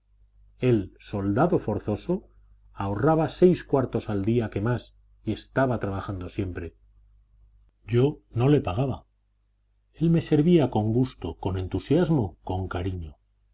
él soldado forzoso ahorraba seis cuartos el día que más y estaba trabajando siempre yo no le pagaba él me servía con gusto con entusiasmo con cariño